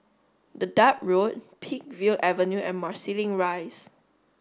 Dedap Road Peakville Avenue and Marsiling Rise